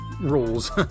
rules